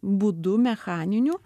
būdu mechaniniu